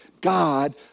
God